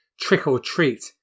trick-or-treat